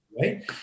Right